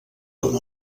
com